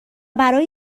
برای